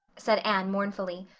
said anne mournfully.